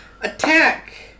attack